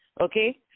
Okay